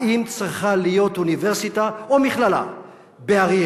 האם צריכה להיות אוניברסיטה או מכללה באריאל,